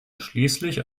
schließlich